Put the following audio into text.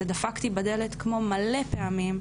זה דפקתי בדלת מלא פעמים,